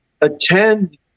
Attend